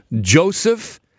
Joseph